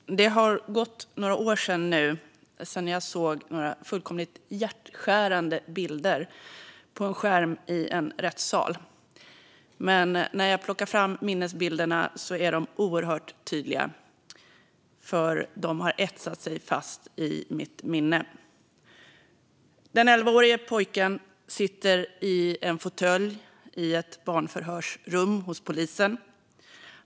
Fru talman! Det har nu gått några år sedan jag såg några fullkomligt hjärtskärande bilder på en skärm i en rättssal, men när jag plockar fram minnesbilderna är de oerhört tydliga. De har nämligen etsat sig fast i mitt minne. Den elvaårige pojken sitter i en fåtölj i ett barnförhörsrum hos polisen.